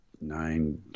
nine